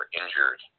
injured